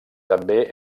també